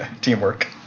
Teamwork